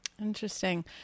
Interesting